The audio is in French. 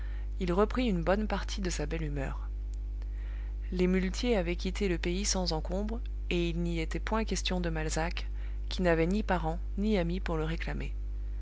il reprit une bonne partie de sa belle humeur les muletiers avaient quitté le pays sans encombre et il n'y était point question de malzac qui n'avait ni parents ni amis pour le réclamer